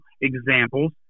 examples